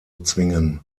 zwingen